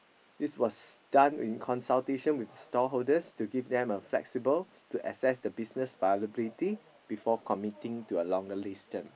this was done in consultation with stall holders to give them a flexible to access the business viability before committing to a longer lease term